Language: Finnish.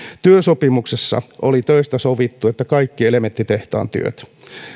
työsopimuksessa oli töistä sovittu kaikki elementtitehtaan työt